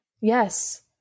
Yes